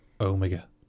Omega